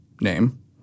name